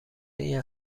این